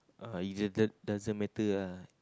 uh it d~ doesn't matter ah